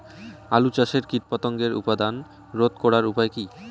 আলু চাষের কীটপতঙ্গের উৎপাত রোধ করার উপায় কী?